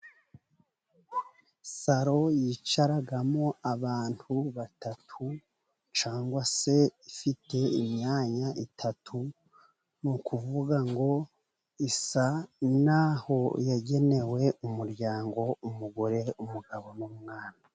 Salo yicaramo abantu batatu, cyangwa se ifite imyanya itatu, ni ukuvuga ngo isa n'aho yagenewe umuryango umugore umugabo n'umwana.